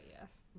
yes